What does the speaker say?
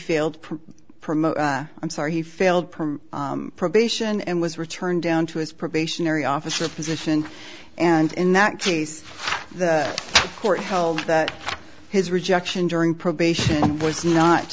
failed promote i'm sorry he failed perm probation and was returned down to his probationary officer position and in that case the court held that his rejection during probation was not